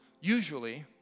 usually